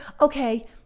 okay